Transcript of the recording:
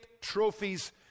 trophies